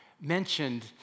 mentioned